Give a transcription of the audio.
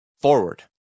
forward